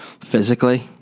Physically